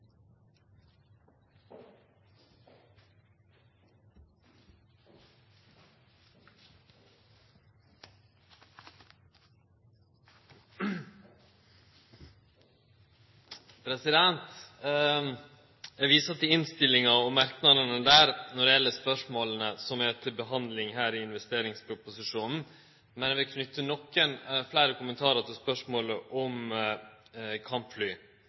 til. Eg viser til innstillinga og merknadene der når det gjeld dei spørsmåla som er til behandling her i samband med investeringsproposisjonen, men eg vil knyte nokre fleire kommentarar til spørsmålet om kampfly.